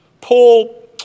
Paul